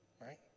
right